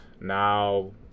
now